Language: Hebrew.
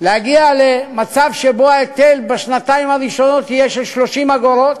להגיע למצב שבו ההיטל בשנתיים הראשונות יהיה של 30 אגורות,